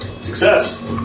Success